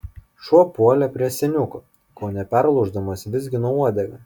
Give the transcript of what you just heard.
šuo puolė prie seniuko kone perlūždamas vizgino uodegą